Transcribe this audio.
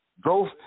Growth